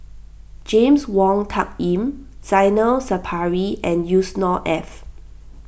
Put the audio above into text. James Wong Tuck Yim Zainal Sapari and Yusnor Ef